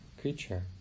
creature